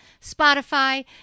Spotify